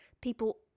people